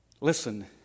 Listen